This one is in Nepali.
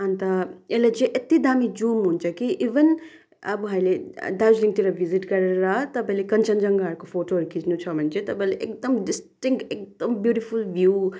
अन्त यसले चाहिँ यति दामी जुम हुन्छ कि इभन अब अहिले दार्जिलिङतिर भिजिट गरेर तपाईँले कन्चनजङ्घाहरूको फोटोहरू खिच्नु छ भने चाहिँ तपाईँले एकदम डिस्टिङ्क एकदम ब्युटिफुल भ्यू